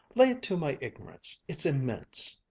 lay it to my ignorance. it's immense.